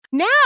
Now